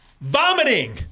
vomiting